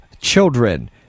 children